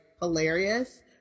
hilarious